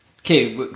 Okay